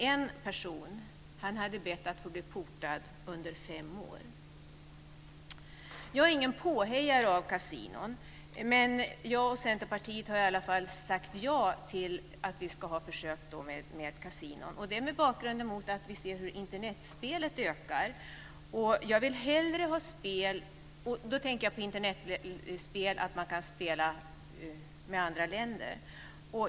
En person hade dock bett att få bli "portad" under fem år. Jag är ingen påhejare av kasinon, men jag och Centerpartiet har sagt ja till försök med kasinon. Det är mot bakgrund av att vi ser hur Internetspelen ökar. Då tänker jag på att man kan spela med andra länder.